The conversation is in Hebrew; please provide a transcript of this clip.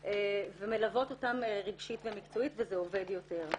ומלוות אותן רגשית ומקצועית וזה עובד יותר.